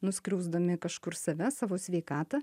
nuskriausdami kažkur save savo sveikatą